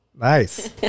nice